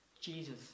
Jesus